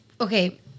Okay